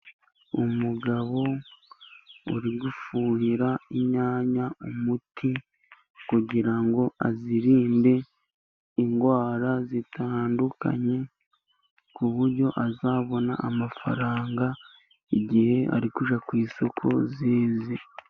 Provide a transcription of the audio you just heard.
Umugabo uri gufuhira inyanya umuti, kugira ngo azirinde indwara zitandukanye, ku buryo azabona amafaranga igihe ari kujya ku isoko zeze.